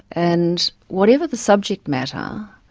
and whatever the subject matter,